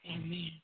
Amen